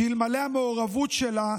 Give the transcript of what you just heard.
אלמלא המעורבות שלה,